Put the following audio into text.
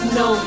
no